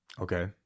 Okay